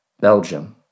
Belgium